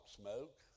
smoke